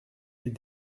est